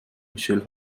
michelle